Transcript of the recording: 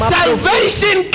salvation